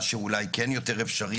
מה שאולי כן יותר אפשרי